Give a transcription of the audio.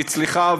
אצלך,